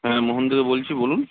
হ্যাঁ মোহন দে বলছি বলুন